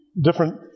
different